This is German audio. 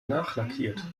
nachlackiert